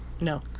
no